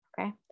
Okay